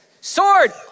sword